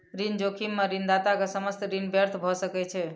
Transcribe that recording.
ऋण जोखिम में ऋणदाता के समस्त ऋण व्यर्थ भ सकै छै